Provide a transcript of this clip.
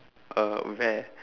uh where